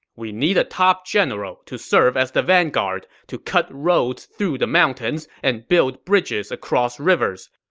we need a top general to serve as the vanguard, to cut roads through the mountains and build bridges across rivers.